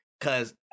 Cause